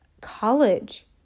college